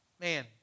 man